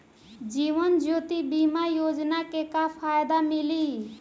जीवन ज्योति बीमा योजना के का फायदा मिली?